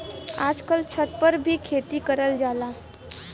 आजकल छत पर भी खेती करल जाला